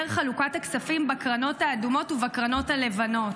חלוקת הכספים בקרנות האדומות ובקרנות הלבנות.